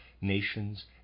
nations